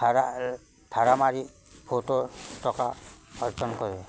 ভাড়া ভাড়া মাৰি বহুতো টকা অৰ্জন কৰে